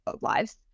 lives